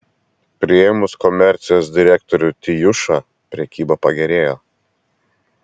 priėmus komercijos direktorių tijušą prekyba pagerėjo